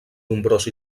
nombrós